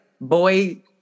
boy